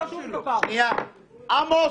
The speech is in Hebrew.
עמוס,